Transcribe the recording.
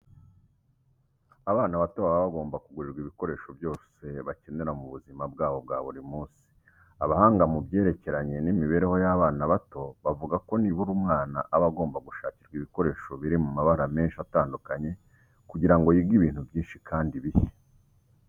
Abana bato baba bagomba kugurirwa ibikoresho byose bakenera mu buzima bwabo bwa buri munsi. Abahanga mu byerekeranye n'imibereho y'abana bato, bavuga ko nibura umwana aba agomba gushakirwa ibikoresho biri mu mabara menshi atandukanye kugira ngo yige ibintu byinshi kandi bishya.